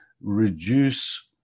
reduce